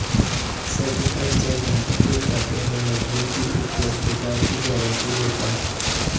certified cheque धारक के खाते में नकदी की उपलब्धता की गारंटी देता है